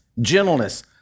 gentleness